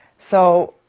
so,